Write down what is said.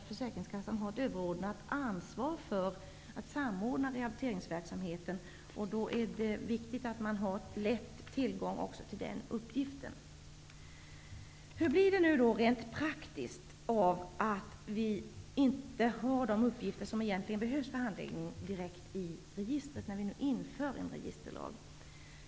Försäkringskassan har ett överordnat ansvar för att samordna rehabiliteringsverksamheten. Då är det viktigt att man lätt har tillgång till den uppgiften. Hur blir det då rent praktiskt i och med att vi inte har de uppgifter som behövs för handläggningen direkt i registret, när vi nu inför en registerlag?